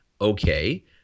Okay